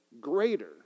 greater